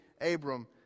Abram